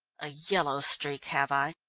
a yellow streak, have i?